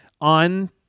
on